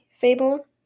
fable